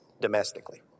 domestically